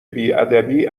بیادبی